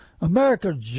America